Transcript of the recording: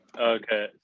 okay